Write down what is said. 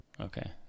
Okay